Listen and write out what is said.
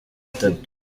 itatu